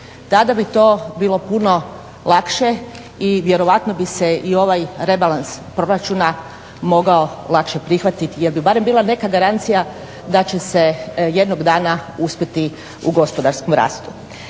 Tada bi to bilo puno lakše i vjerojatno bi se i ovaj rebalans proračun mogao lakše prihvatiti jer bi barem bila neka garancija da će se jednog dana uspjeti u gospodarskom rastu.